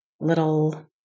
little